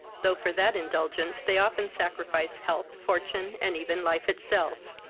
though for that indulgence they often sacrifice health, fortune, and even life itself.